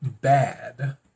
bad